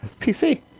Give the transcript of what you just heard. PC